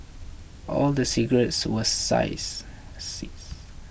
all the cigarettes were size seized